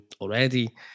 already